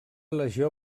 legió